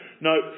No